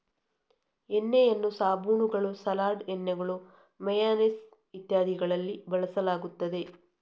ಎಣ್ಣೆಯನ್ನು ಸಾಬೂನುಗಳು, ಸಲಾಡ್ ಎಣ್ಣೆಗಳು, ಮೇಯನೇಸ್ ಇತ್ಯಾದಿಗಳಲ್ಲಿ ಬಳಸಲಾಗುತ್ತದೆ